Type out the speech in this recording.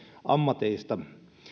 ammateista